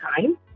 time